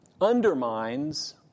undermines